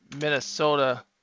Minnesota